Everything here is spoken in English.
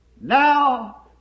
Now